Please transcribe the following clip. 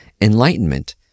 Enlightenment